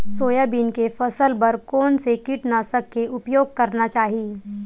Soybean के फसल बर कोन से कीटनाशक के उपयोग करना चाहि?